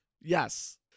Yes